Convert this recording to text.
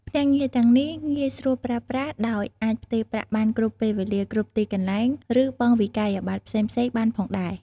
ភ្នាក់ងារទាំងនេះងាយស្រួលប្រើប្រាស់ ដោយអាចផ្ទេរប្រាក់បានគ្រប់ពេលវេលា គ្រប់ទីកន្លែង ឬបង់វិក្កយបត្រផ្សេងៗបានផងដែរ។